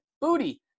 Booty